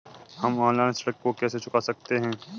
हम ऑनलाइन ऋण को कैसे चुकता कर सकते हैं?